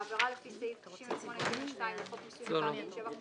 (4) עבירה לפי סעיף 98(ג2) לחוק מיסוי מקרקעין (שבח ורכישה),